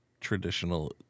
Traditional